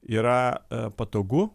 yra patogu